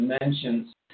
dimensions